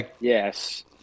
Yes